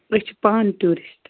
أسۍ چھِ پانہٕ ٹوٗرشٹ